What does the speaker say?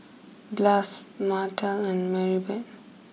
Blas Martell and Maribeth